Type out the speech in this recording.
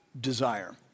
desire